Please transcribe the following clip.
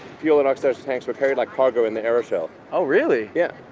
fuel and oxygen tanks were carried like cargo in the aeroshell. oh really? yeah.